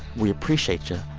we appreciate you.